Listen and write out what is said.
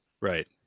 right